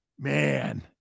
Man